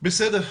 בסדר.